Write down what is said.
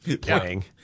playing